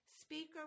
speaker